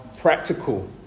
practical